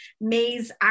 May's